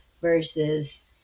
versus